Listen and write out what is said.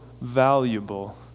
valuable